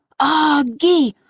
ah aug-gie!